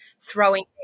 throwing